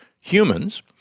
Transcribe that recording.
humans